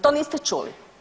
To niste čuli.